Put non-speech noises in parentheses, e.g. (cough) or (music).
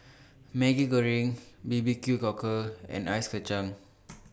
Maggi Goreng B B Q Cockle and Ice Kacang (noise)